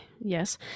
yes